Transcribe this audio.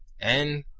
and,